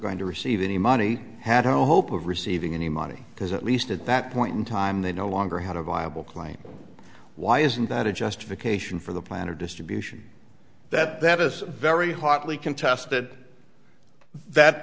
going to receive any money had no hope of receiving any money because at least at that point in time they no longer had a viable claim why isn't that a justification for the plan of distribution that that is very hotly contested that